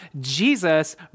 Jesus